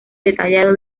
detallado